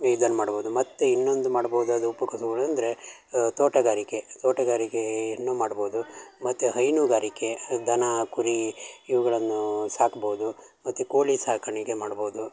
ಇದನ್ನು ಮಾಡ್ಬೋದು ಮತ್ತು ಇನ್ನೊಂದು ಮಾಡ್ಬೋದಾದ ಉಪಕಸುಬುಗಳು ಅಂದರೆ ತೋಟಗಾರಿಕೆ ತೋಟಗಾರಿಕೆಯನ್ನು ಮಾಡ್ಬೋದು ಮತ್ತು ಹೈನುಗಾರಿಕೆ ದನ ಕುರಿ ಇವುಗಳನ್ನೂ ಸಾಕ್ಬೋದು ಮತ್ತು ಕೋಳಿ ಸಾಕಾಣಿಕೆ ಮಾಡ್ಬೋದು